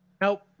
Nope